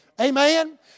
Amen